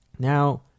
Now